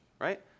right